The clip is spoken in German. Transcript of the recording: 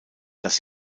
dass